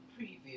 preview